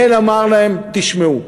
ולומר להן: תשמעו,